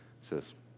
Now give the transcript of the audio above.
says